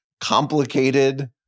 complicated